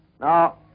Now